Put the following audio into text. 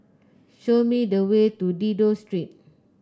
show me the way to Dido Street